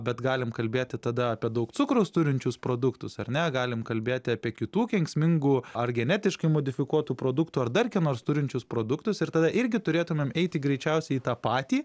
bet galim kalbėti tada apie daug cukraus turinčius produktus ar ne galim kalbėti apie kitų kenksmingų ar genetiškai modifikuotų produktų ar dar kieno turinčius produktus ir tada irgi turėtumėm eiti greičiausiai tą patį